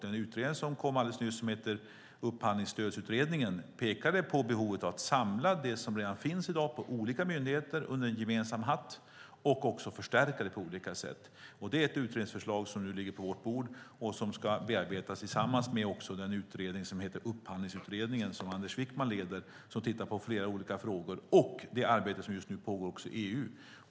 Den utredning som kom alldeles nyss och som heter Upphandlingsstödsutredningen pekade på behovet av att samla det som redan i dag finns på olika myndigheter under en gemensam hatt och också förstärka det på olika sätt. Det är ett utredningsförslag som nu ligger på vårt bord och som ska bearbetas tillsammans med den utredning som heter Upphandlingsutredningen som Anders Wijkman leder och som tittar på flera olika frågor. Vi har även det arbete som just nu pågår i EU.